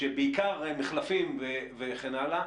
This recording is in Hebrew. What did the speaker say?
בעיקר מחלפים וכן הלאה,